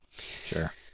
Sure